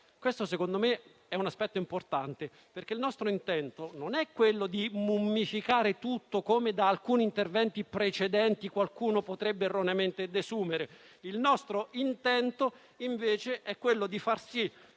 Secondo me, è un aspetto importante perché il nostro intento non è mummificare tutto come da alcuni interventi precedenti qualcuno potrebbe erroneamente desumere. Il nostro obiettivo, invece, è far sì